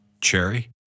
Cherry